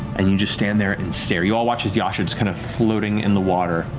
and you just stand there and stare. you all watch as yasha just kind of floating in the water,